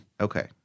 Okay